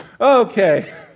Okay